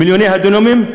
מיליוני הדונמים,